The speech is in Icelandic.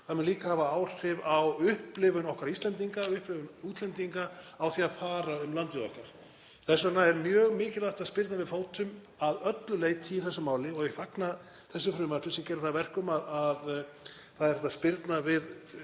Það mun líka hafa áhrif á upplifun okkar Íslendinga, upplifun útlendinga á því að fara um landið okkar. Þess vegna er mjög mikilvægt að spyrna við fótum að öllu leyti í þessu máli. Ég fagna þessu frumvarpi sem gerir það að verkum að það er hægt að spyrna við